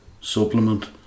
supplement